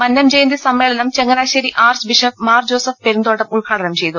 മന്നം ജയന്തി സമ്മേളനം Changanassery archbishop Mar Joseph Perumthottam ഉദ്ഘാടനം ചെയ്തു